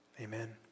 Amen